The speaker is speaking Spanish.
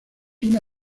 una